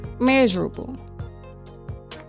Measurable